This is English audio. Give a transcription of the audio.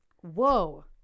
Whoa